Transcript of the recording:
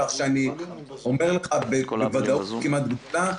כך שאני אומר לך בוודאות כמעט גמורה: